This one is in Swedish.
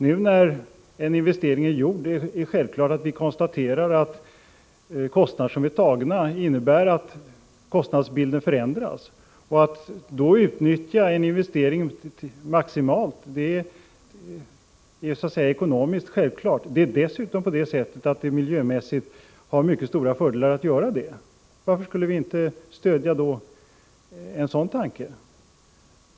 När en investering är gjord är det självklart att vi konstaterar att kostnader som är tagna innebär att kostnadsbilden förändras. Att man i det läget utnyttjar en investering maximalt är självklart från ekonomisk synpunkt. Det ger dessutom stora fördelar ur miljösynpunkt att göra på detta sätt. Varför skulle vi då inte stödja detta?